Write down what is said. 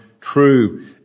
true